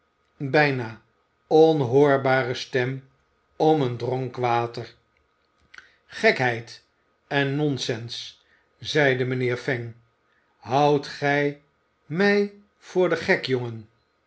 bijna onhoorbare stem om een dronk water gekheid en non sens zeide mijnheer fang houdt gij mij voor den gek